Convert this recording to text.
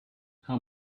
how